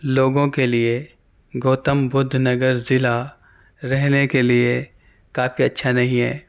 لوگوں کے لیے گوتم بدھ نگر ضلع رہنے کے لیے کافی اچھا نہیں ہے